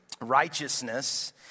Righteousness